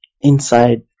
inside